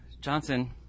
Johnson